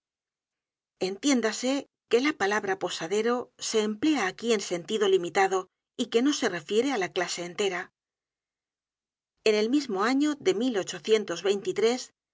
entiéndase que la palabra posadero se emplea aquí en sentido limitado y que no se refiere á la clase entera en el mismo año de